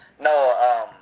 no